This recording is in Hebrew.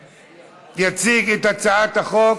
יציג את הצעת החוק